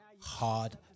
hard